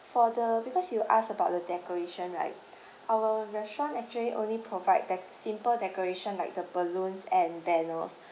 for the because you asked about the decoration right our restaurant actually only provide dec~ simple decoration like the balloons and banners